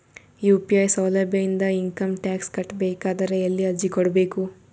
UPI ಸೌಲಭ್ಯ ಇಂದ income tax ಕಟ್ಟಬೇಕಾದರ ಎಲ್ಲಿ ಅರ್ಜಿ ಕೊಡಬೇಕು?